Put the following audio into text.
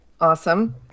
Awesome